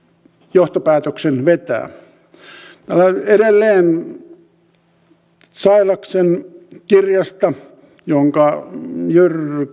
johtopäätöksen vetää täällä edelleen sailaksen kirjassa jonka jyrki